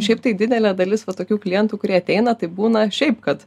šiaip tai didelė dalis va tokių klientų kurie ateina tai būna šiaip kad